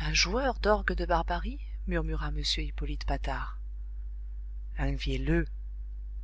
un joueur d'orgue de barbarie murmura m hippolyte patard un vielleux